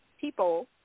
people